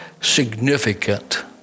significant